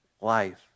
life